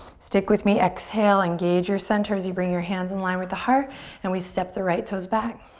stick with me, exhale, engage your center as you bring your hands in line with the heart and we step the right toes back.